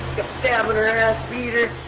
stabbin' her ass, beat her.